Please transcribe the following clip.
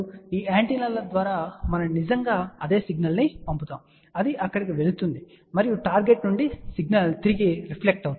ఈ యాంటెన్నాల ద్వారా మనం నిజంగా అదే సిగ్నల్ పంపుతాము అది అక్కడికి వెళుతుంది మరియు టార్గెట్ నుండి సిగ్నల్ తిరిగి ప్రతిబింబిస్తుంది